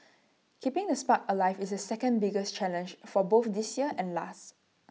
keeping the spark alive is the second biggest challenge for both this year and last